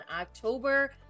October